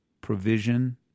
provision